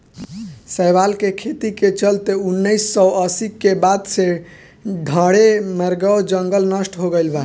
शैवाल के खेती के चलते उनऽइस सौ अस्सी के बाद से ढरे मैंग्रोव जंगल नष्ट हो चुकल बा